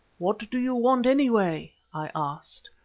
what do you want, anyway i asked.